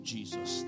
Jesus